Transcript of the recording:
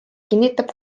kinnitab